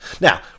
Now